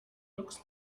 looks